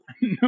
No